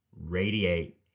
radiate